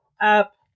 up